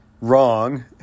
wrong